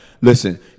Listen